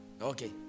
Okay